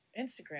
Instagram